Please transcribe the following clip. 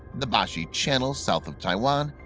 the bashi channel south of taiwan,